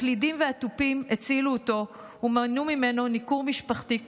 הקלידים והתופים הצילו אותו ומנעו ממנו ניכור משפחתי כואב.